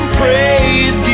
praise